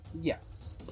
Yes